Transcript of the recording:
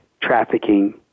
trafficking